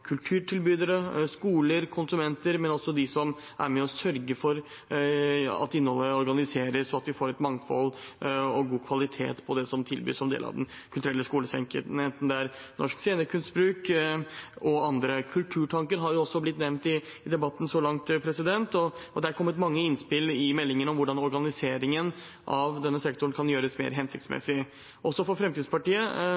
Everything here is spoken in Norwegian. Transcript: kulturtilbydere, skoler og konsulenter, men også de som er med og sørger for at innholdet organiseres, slik at vi får et mangfold og god kvalitet på det som tilbys som del av Den kulturelle skolesekken, enten det er Norsk Scenekunstbruk eller andre. Kulturtanken har også blitt nevnt i debatten så langt, og det har kommet mange innspill i meldingen om hvordan organiseringen av denne sektoren kan gjøres mer